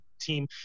team